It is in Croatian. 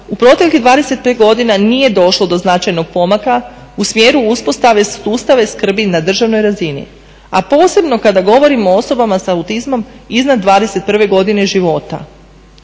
u proteklih 25 godina nije došlo do značajnog pomaka u smjeru uspostave … skrbi na državnoj razini, a posebno kada govorimo o osobama sa autizmom iznad 21. godine života.